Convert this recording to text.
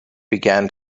began